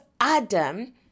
Adam